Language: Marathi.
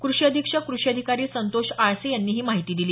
क्रषी अधीक्षक कृषी अधिकारी संतोष आळसे ही माहिती दिली